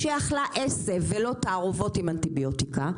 שאכלה עשב ולא תערובת עם אנטיביוטיקה,